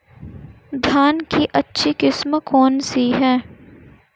धान की अच्छी किस्म कौन सी है?